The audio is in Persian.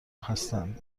هستند